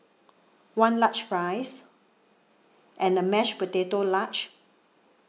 one large fries and a mashed potato large